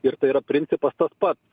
ir tai yra principas tas pats